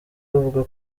bavuga